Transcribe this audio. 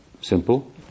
simple